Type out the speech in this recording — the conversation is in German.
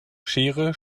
schere